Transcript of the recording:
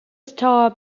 star